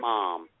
Mom